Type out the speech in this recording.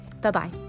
Bye-bye